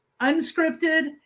unscripted